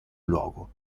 luogo